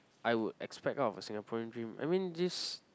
I would expect out of a Singaporean dream I mean this